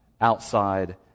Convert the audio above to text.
outside